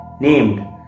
named